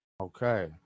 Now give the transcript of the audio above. Okay